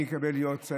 מי מקבל להיות שר,